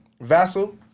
Vassal